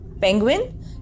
Penguin